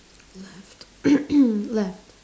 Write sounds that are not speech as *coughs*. left *coughs* left